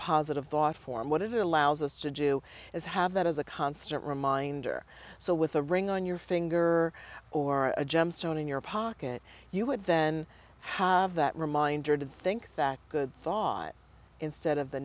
positive thought form what it allows us to do is have that as a constant reminder so with a ring on your finger or a gemstone in your pocket you would then have that reminder to think that good thought instead of the